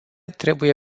trebuie